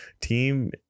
team